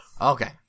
Okay